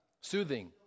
Soothing